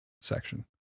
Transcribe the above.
section